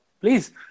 please